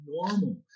normal